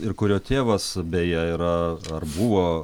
ir kurio tėvas beje yra ar buvo